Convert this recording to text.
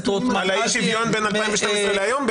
--- על האי-שוויון בין 2012 להיום?